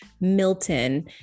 Milton